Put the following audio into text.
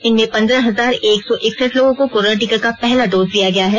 इनमें पन्द्रह हजार एक सौ एकसठ लोगों को कोरोना टीका का पहला डोज दिया गया है